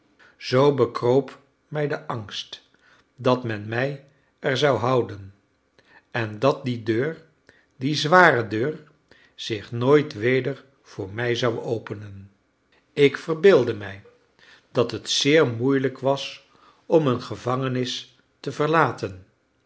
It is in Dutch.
zoo bekroop mij de angst dat men mij er zou houden en dat die deur die zware deur zich nooit weder voor mij zou openen ik verbeeldde mij dat het zeer moeilijk was om een gevangenis te verlaten